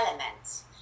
elements